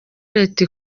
leta